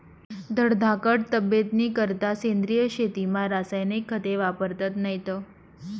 धडधाकट तब्येतनीकरता सेंद्रिय शेतीमा रासायनिक खते वापरतत नैत